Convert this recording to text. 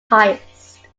highest